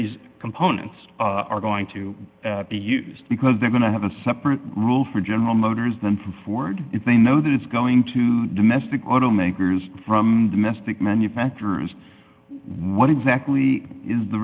these components are going to be used because they're going to have a separate rule for general motors than for ford if they know that it's going to domestic automakers from domestic manufacturers what exactly is the